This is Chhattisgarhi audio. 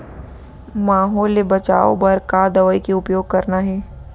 माहो ले बचाओ बर का दवई के उपयोग करना हे?